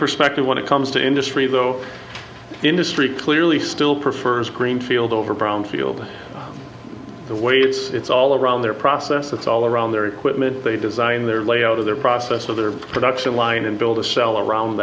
perspective when it comes to industry though industry clearly still prefers greenfield over brownfield the way it's all around their process that's all around their equipment they design their layout of their process of their production line and build a cell around